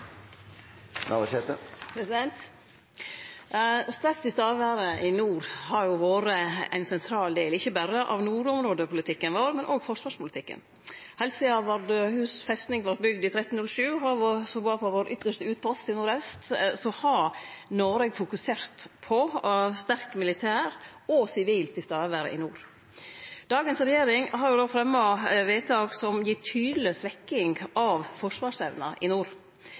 nord har vore ein sentral del ikkje berre av nordområdepolitikken vår, men også av forsvarspolitikken. Heilt sidan Vardøhus festning vart bygd i 1307, som er vår ytste utpost i nordaust, har Noreg fokusert på sterkt militært og sivilt nærvær i nord. Dagens regjering har fatta vedtak som gir ei tydeleg svekking av forsvarsevna i nord.